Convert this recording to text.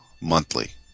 monthly